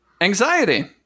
anxiety